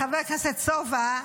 חבר הכנסת סובה,